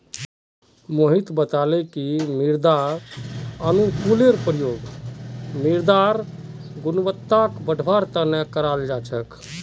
मोहित बताले कि मृदा अनुकूलककेर प्रयोग मृदारेर गुणवत्ताक बढ़वार तना कराल जा छेक